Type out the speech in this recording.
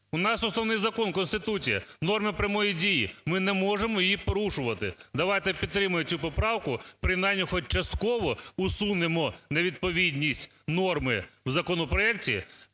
У нас Основний закон – Конституція, норма прямої дії, ми не можемо її порушувати. Давайте підтримаємо цю поправку, принаймні, хоч частково усунемо невідповідність норми в законопроекті,